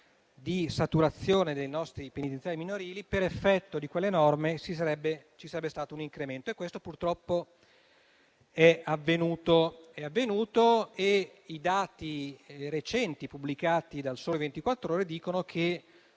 di saturazione dei nostri penitenziari minorili e, per effetto di quelle norme, ci sarebbe stato un incremento. Questo purtroppo è avvenuto e i dati recenti pubblicati da «Il Sole 24 Ore» dicono che,